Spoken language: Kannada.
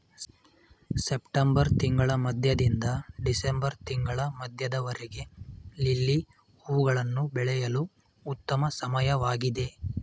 ಸೆಪ್ಟೆಂಬರ್ ತಿಂಗಳ ಮಧ್ಯದಿಂದ ಡಿಸೆಂಬರ್ ತಿಂಗಳ ಮಧ್ಯದವರೆಗೆ ಲಿಲ್ಲಿ ಹೂವುಗಳನ್ನು ಬೆಳೆಯಲು ಉತ್ತಮ ಸಮಯವಾಗಿದೆ